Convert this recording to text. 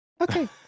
okay